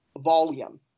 volume